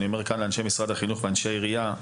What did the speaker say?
אני אומר כאן לאנשי משרד החינוך ולאנשי העירייה,